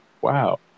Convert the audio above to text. wow